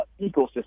ecosystem